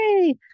yay